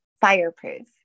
Fireproof